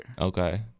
Okay